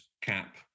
cap